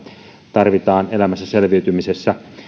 tarvitaan elämässä selviytymisessä